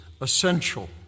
essential